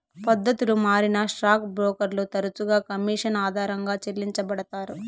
పద్దతులు మారినా స్టాక్ బ్రోకర్లు తరచుగా కమిషన్ ఆధారంగా చెల్లించబడతారు